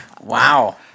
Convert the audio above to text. wow